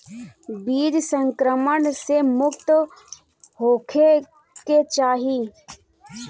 बीज संक्रमण से मुक्त होखे के चाही